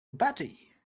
batty